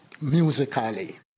musically